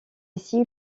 ici